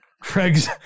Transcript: Craig's